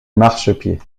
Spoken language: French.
marchepied